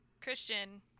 christian